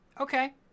Okay